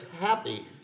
happy